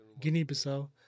Guinea-Bissau